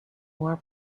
more